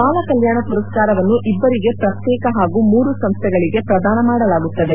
ಬಾಲ ಕಲ್ಕಾಣ ಪುರಸ್ಕಾರವನ್ನು ಇಬ್ಬರಿಗೆ ಪ್ರಕ್ತೇಕ ಪಾಗೂ ಮೂರು ಸಂಸ್ಥೆಗಳಿಗೆ ಪ್ರದಾನ ಮಾಡಲಾಗುತ್ತದೆ